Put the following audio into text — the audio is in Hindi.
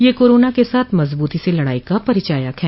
यह कोरोना के साथ मजबूती से लड़ाई का परिचायक है